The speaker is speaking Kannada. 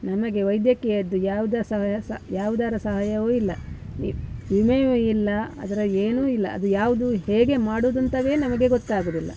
ನಮಗೆ ವೈದ್ಯಕೀಯದ್ದು ಯಾವ್ದು ಸಹಾಯ ಸಹ ಯಾವುದ್ರ ಸಹಾಯವು ಇಲ್ಲ ಈ ವಿಮೆಯು ಇಲ್ಲ ಅದರ ಏನು ಇಲ್ಲ ಅದು ಯಾವುದು ಹೇಗೆ ಮಾಡೋದಂತಲೇ ನಮಗೆ ಗೊತ್ತಾಗೋದಿಲ್ಲ